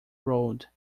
road